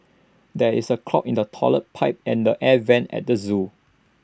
there is A clog in the Toilet Pipe and the air Vents at the Zoo